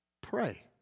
Pray